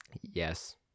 Yes